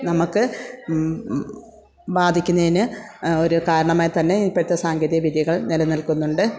നമുക്ക് ബാധിക്കുന്നതിന് ഒരു കാരണമായി തന്നെ ഇപ്പോഴത്തെ സാങ്കേതിക വിദ്യകൾ നിലനിൽക്കുന്നുണ്ട്